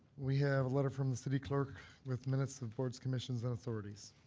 we have a letter from the city clerk with minutes of boards, commissions and authorities.